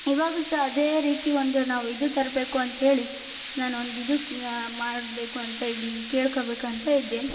ಇವಾಗೂ ಸಹ ಅದೇ ರೀತಿ ಒಂದು ನಾವು ಇದು ತರಬೇಕು ಅಂತೇಳಿ ನಾನೊಂದು ಇದಕ್ಕೆ ಮಾಡಬೇಕು ಅಂತ ಇದ್ನ ಕೇಳ್ಕೋಬೇಕಂತ ಇದ್ದೆ